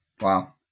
Wow